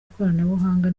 ikoranabuhanga